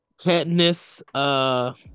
Katniss